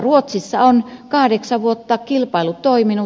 ruotsissa on kahdeksan vuotta kilpailu toiminut